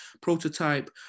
Prototype